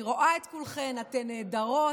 אני רואה את כולכן, אתן נהדרות,